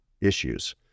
issues